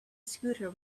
scooter